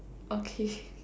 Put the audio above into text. okay